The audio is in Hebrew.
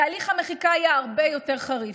תהליך המחיקה היה הרבה יותר חריף.